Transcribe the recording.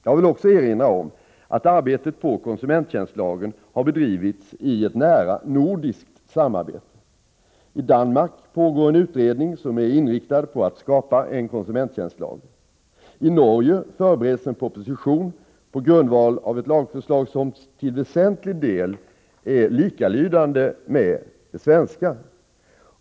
Jag vill också erinra om att arbetet på konsumenttjänstlagen har bedrivits i ett nära nordiskt samarbete. I Danmark pågår en utredning som är inriktad på att skapa en konsumenttjänstlag. I Norge förbereds en proposition på grundval av ett lagförslag som till väsentlig del är likalydande med det svenska.